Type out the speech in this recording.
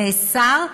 נאסר,